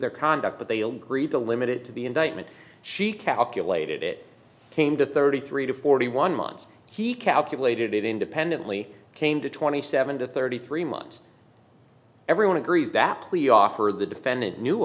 their conduct but they will grieve the limited to the indictment she calculated it came to thirty three to forty one months he calculated it independently came to twenty seven to thirty three months everyone agrees that plea offer the defendant knew